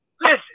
Listen